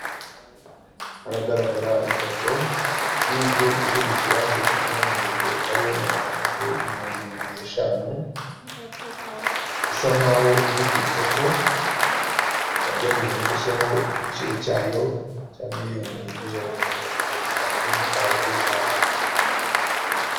Haragaragara ifoto y'inzu iri mu kibanza kingana na metero kare magana atatu mirongo irindwi n'eshanu isa nkaho iri ku isoko bagerageje no gushyiraho igiciro cyayo cya miliyoni ijana na mirongo itanu z'amafaranga y'u Rwanda.